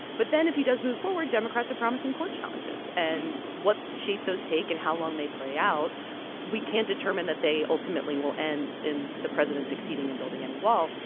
but then if he does move forward, democrats are promising court challenges. and what shape those take and how long they play out we can't determine that they, ultimately, will end in the president succeeding in building any wall.